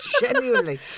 genuinely